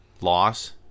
loss